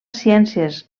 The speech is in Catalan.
ciències